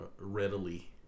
Readily